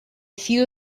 few